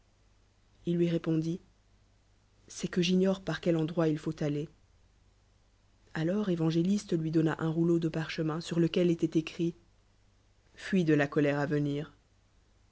il lui répondit c'cst que j'ignore par quel endroit il r ut aller alors évangéliste lui donna un rouleau de parcbeoain surlequel étoit écrit fpe's de la colére à ve